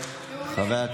מעולה, מעולה.